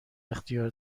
اختیار